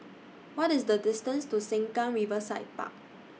What IS The distance to Sengkang Riverside Park